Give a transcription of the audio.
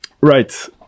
Right